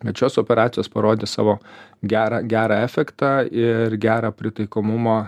bet šios operacijos parodė savo gerą gerą efektą ir gerą pritaikomumą